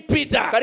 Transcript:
Peter